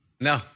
No